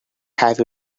have